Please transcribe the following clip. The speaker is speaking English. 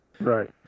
Right